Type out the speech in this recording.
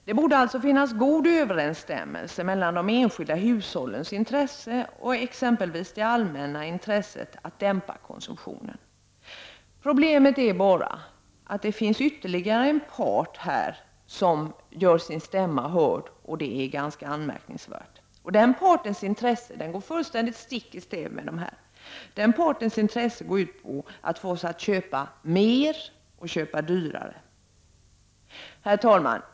Det borde alltså finnas god överensstämmelse mellan de enskilda hushållens intressen och exempelvis det allmänna intresset att dämpa konsumtionen. Problemet är bara att det finns ytterligare en part i målet som gör sin stämma hörd. Det är ganska anmärkningsvärt, för den partens intresse går fullständigt stick i stäv med hushållens och det allmännas intressen. Den partens intresse är att få oss att köpa mer och dyrare. Herr talman!